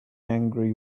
angry